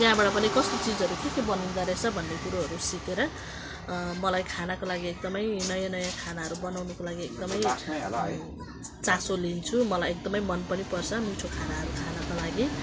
त्यहाँबाट पनि कस्तो चिजहरू के के बनाउँदोरहेछ भन्ने कुरोहरू सिकेर मलाई खानाको लागि एकदमै नयाँ नयाँ खानाहरू बनाउनुको लागि एकदमै चासो लिन्छु मलाई एकदमै मन पनि पर्छ मिठो खानाहरू खानको लागि